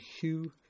Hugh